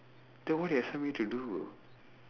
then what do you expect me to do